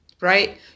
right